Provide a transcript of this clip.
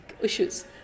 issues